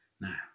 Now